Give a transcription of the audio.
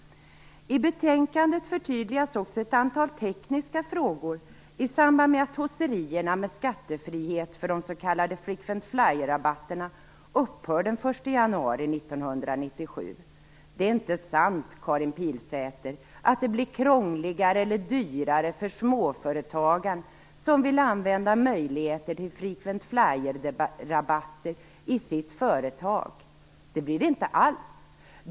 I betänkandet förtydligas också ett antal tekniska frågor i samband med att tosserierna med skattefrihet för de s.k. frequent fly-rabatterna upphör den 1 januari 1997. Det är inte sant, Karin Pilsäter, att det blir krångligare eller dyrare för de småföretagare som vill använda möjligheten med frequent fly-rabatter i sina företag. Det blir det inte alls.